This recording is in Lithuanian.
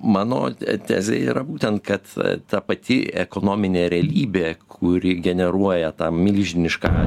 mano tezė yra būtent kad ta pati ekonominė realybė kuri generuoja tą milžinišką